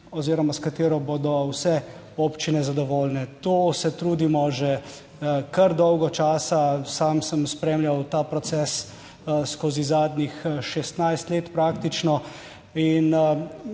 oziroma s katero bodo vse občine zadovoljne. To se trudimo že kar dolgo časa. Sam sem spremljal ta proces skozi zadnjih 16 let praktično in